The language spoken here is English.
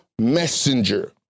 messenger